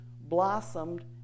blossomed